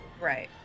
Right